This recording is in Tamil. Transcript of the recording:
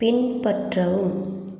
பின்பற்றவும்